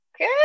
Good